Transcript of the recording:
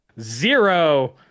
Zero